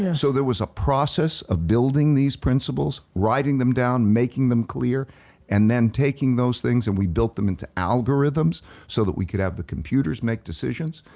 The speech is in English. and so there was a process of building these principles, writing them down, making them clear and then taking those things and we built them into algorithms so that we could have the computers make decisions.